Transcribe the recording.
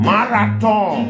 Marathon